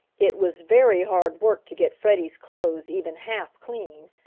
it was very hard work to get freddie's clothes even half clean,